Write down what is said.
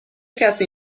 کسی